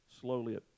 slowly